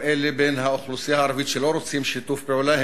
אלה באוכלוסייה הערבית שלא רוצים שיתוף פעולה,